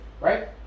Right